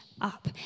up